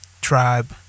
tribe